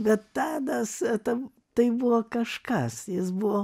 bet tadas tam tai buvo kažkas jis buvo